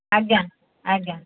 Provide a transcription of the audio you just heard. ଆଜ୍ଞା ଆଜ୍ଞା